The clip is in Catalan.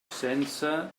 sense